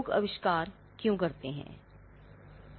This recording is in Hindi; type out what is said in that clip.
लोग आविष्कार क्यों करते हैं